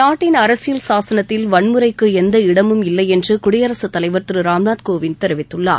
நாட்டின் அரசியல் சாசனத்தில் வன்முறைக்கு எந்த இடமும் இல்லையென்று என்று குடியரசு தலைவர் திரு ராம்நாத் கோவிந்த் தெரிவித்துள்ளார்